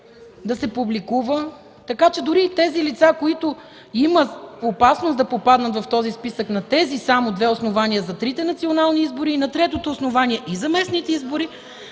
да се публикува. Така че дори и лицата, които имат опасност да попаднат в списъка само на тези две основания за трите национални избори, на третото основание – и за местни избори,